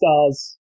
stars